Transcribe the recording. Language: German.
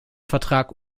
vertrag